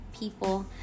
people